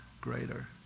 greater